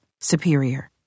superior